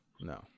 no